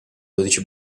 dodici